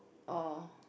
or